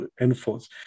enforce